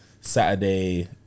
Saturday